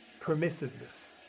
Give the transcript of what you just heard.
permissiveness